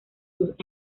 sus